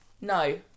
no